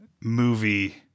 movie